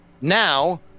now